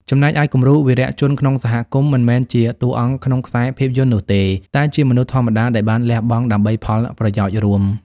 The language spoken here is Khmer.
ចំណែកឯគំរូវីរៈជនក្នុងសហគមន៍មិនមែនជាតួអង្គក្នុងខ្សែភាពយន្តនោះទេ តែជាមនុស្សធម្មតាដែលបានលះបង់ដើម្បីផលប្រយោជន៍រួម។